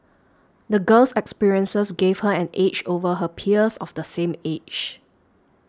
the girl's experiences gave her an edge over her peers of the same age